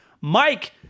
Mike